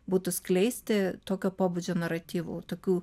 būtų skleisti tokio pobūdžio naratyvų tokių